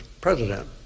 president